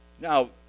Now